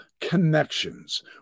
connections